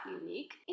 unique